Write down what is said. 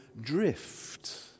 drift